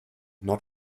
not